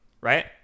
Right